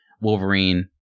Wolverine